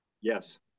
Yes